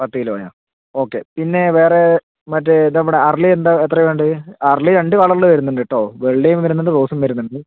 പത്തു കിലോയോ ഓക്കെ പിന്നെ വേറെ മറ്റേ ഇത് നമ്മുടെ അരളിയെന്താ എത്രയാ വേണ്ടത് അരളി രണ്ടു കളറിൽ വരുന്നുണ്ട് കേട്ടോ വെള്ളയും വരുന്നുണ്ട് റോസും വരുന്നുണ്ട്